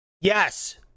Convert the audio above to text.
Yes